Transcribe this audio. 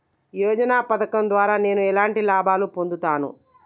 యోజన పథకం ద్వారా నేను ఎలాంటి లాభాలు పొందుతాను?